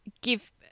give